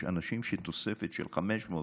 יש אנשים שתוספת של 500,